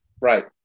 Right